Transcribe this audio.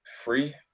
free